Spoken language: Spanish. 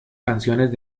canciones